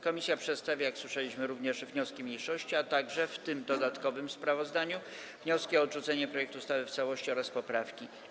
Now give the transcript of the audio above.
Komisja przedstawia, jak słyszeliśmy, również wnioski mniejszości, a także, w dodatkowym sprawozdaniu, wnioski o odrzucenie projektu ustawy w całości oraz poprawki.